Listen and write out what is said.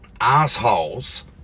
assholes